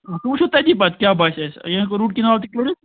آ سُہ وُچھَو تٔتی پَتہٕ کیٛاہ باسِہِ اَسہِ یا ہٮ۪کَو روٗٹ کَنال تہِ کٔرِتھ